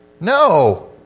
No